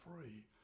free